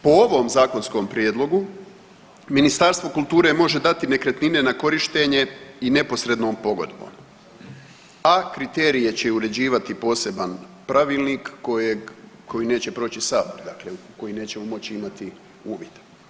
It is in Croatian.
Po ovom zakonskom prijedlogu Ministarstvo kulture može dati nekretnine na korištenje i neposrednom pogodbom, a kriterije će uređivati poseban pravilnik koji neće proći sabor, dakle u koji nećemo moći imati uvid.